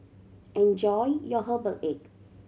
enjoy your herbal egg